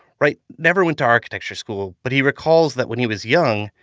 wright never went to architecture school but he recalls that when he was young,